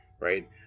right